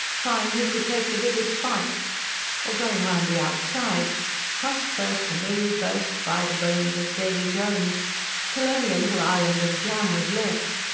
trying who could take the biggest bite or going round the outside crust first, and though you burst, by the bones of davy jones till only a little island of jam was left?